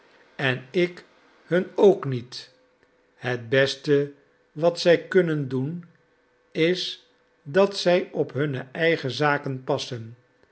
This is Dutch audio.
en ik hun ook niet het beste wat zij kunnen doen is dat zij op hunne eigen zaken passen